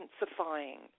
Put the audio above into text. intensifying